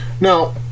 now